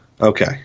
Okay